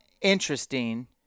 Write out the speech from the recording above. interesting